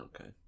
okay